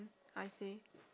I see